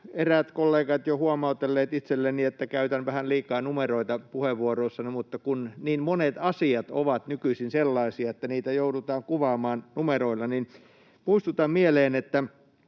eräät kollegat jo huomautelleet itselleni, että käytän vähän liikaa numeroita puheenvuoroissani, mutta niin monet asiat ovat nykyisin sellaisia, että niitä joudutaan kuvaamaan numeroilla. Ja muistutan mieleen, että